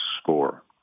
score